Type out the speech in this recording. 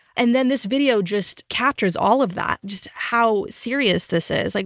and then this video just captures all of that, just how serious this is. like